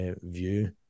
view